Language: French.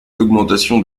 l’augmentation